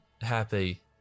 happy